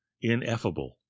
ineffable